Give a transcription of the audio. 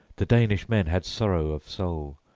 the danish men had sorrow of soul,